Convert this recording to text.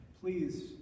please